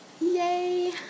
Yay